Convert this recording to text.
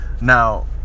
now